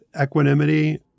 equanimity